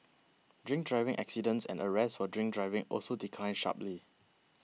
drink driving accidents and arrests for drink driving also declined sharply